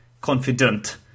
confident